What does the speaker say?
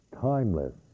timeless